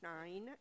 nine